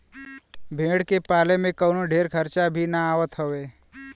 भेड़ के पाले में कवनो ढेर खर्चा भी ना आवत हवे